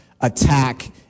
attack